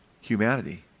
Humanity